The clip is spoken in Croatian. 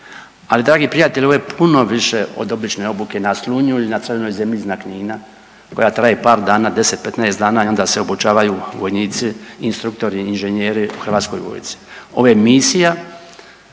ali dragi prijatelji, ovo je puno više od obične obuke na Slunju i na Crvenoj zemlji iznad Knina koja traje par dana, 10, 15 dana i onda se obučavaju vojnici, instruktori, inženjeri u Hrvatskoj vojsci. Ovo je misija